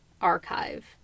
archive